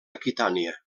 aquitània